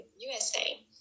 USA